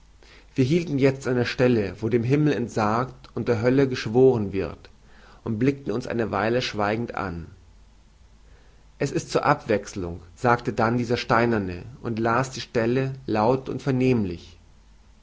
wir hielten jezt an der stelle wo dem himmel entsagt und der hölle geschworen wird und blickten uns eine weile schweigend an es ist zur abwechselung sagte dann dieser steinerne und las die stelle laut und vernehmlich